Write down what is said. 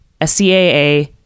SCAA